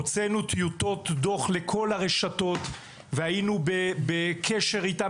הוצאנו טיוטות דוח לכל הרשתות והיינו בקשר איתן